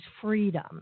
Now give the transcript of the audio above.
freedom